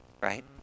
right